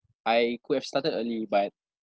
I could have started early but